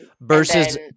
Versus